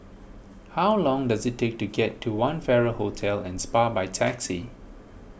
how long does it take to get to one Farrer Hotel and Spa by taxi